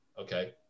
okay